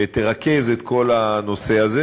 שתרכז את כל הנושא הזה,